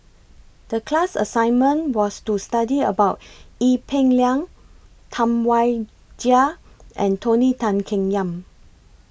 The class assignment was to study about Ee Peng Liang Tam Wai Jia and Tony Tan Keng Yam